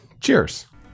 cheers